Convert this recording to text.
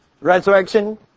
resurrection